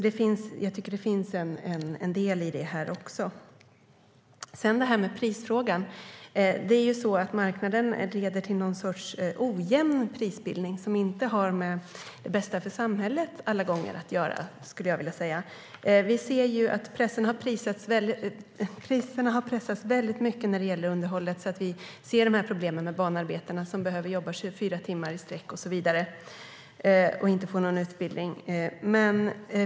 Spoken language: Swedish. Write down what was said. Det finns en del också i detta. Vi ser att priserna har pressats mycket när det gäller underhållet. Vi ser problemen med banarbetarna som behöver jobba 24 timmar i sträck, som inte får någon utbildning och så vidare.